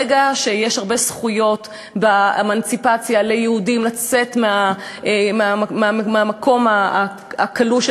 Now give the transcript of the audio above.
ברגע שיש ליהודים הרבה זכויות באמנציפציה לצאת מהמקום הכלוא,